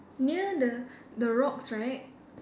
near the the rocks right